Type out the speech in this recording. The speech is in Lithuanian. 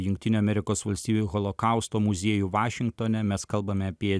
jungtinių amerikos valstijų holokausto muziejų vašingtone mes kalbame apie